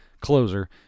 closer